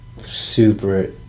super